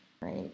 Right